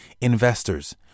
investors